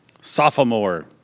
Sophomore